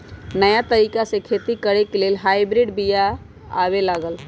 नयाँ तरिका से खेती करे लेल हाइब्रिड बिया आबे लागल